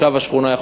כתושב השכונה,